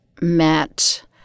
met